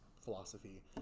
philosophy